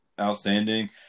outstanding